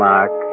Mark